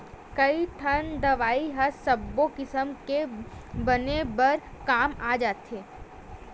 कइठन दवई ह सब्बो किसम के बन बर काम आ जाथे